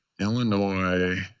Illinois